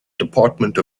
department